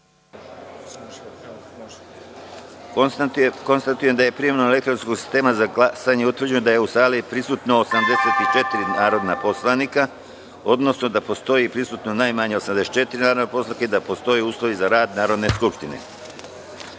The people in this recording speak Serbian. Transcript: glasanje. Konstatujem da je primenom elektronskog sistema za glasanje utvrđeno da je u sali prisutno 84 narodnih poslanika, odnosno da su prisutna najmanje 84 narodna poslanika i da postoje uslovi za rad Narodne